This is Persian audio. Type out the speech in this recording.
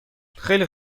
خیلی